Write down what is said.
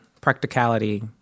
practicality